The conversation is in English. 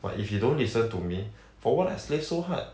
but if you don't listen to me for what I slave so hard